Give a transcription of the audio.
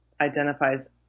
identifies